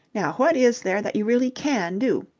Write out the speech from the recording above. now what is there that you really can do?